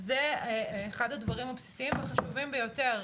זה אחד הדברים הבסיסיים והחשובים ביותר,